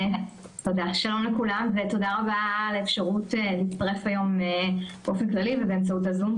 שלום לכולם ותודה רבה על האפשרות להצטרף היום באופן כללי ובאמצעות הזום,